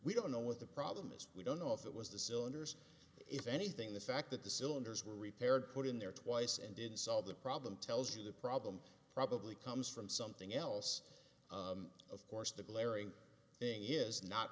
we don't know what the problem is we don't know if it was the cylinders if anything the fact that the cylinders were repaired put in there twice and didn't solve the problem tells you the problem probably comes from something else of course the glaring thing is not